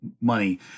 money